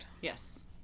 yes